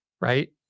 right